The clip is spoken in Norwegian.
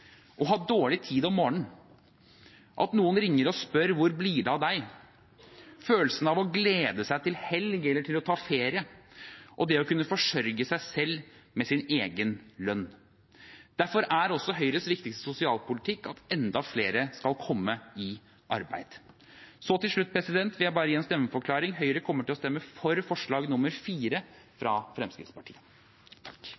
å ha dårlig tid om morgenen, at noen ringer og spør hvor det blir av deg, følelsen av å glede seg til helg eller til å ta ferie og det å kunne forsørge seg selv med sin egen lønn. Derfor er Høyres viktigste sosialpolitikk at enda flere skal komme i arbeid. Til slutt vil jeg bare gi en stemmeforklaring. Høyre kommer til å stemme for forslag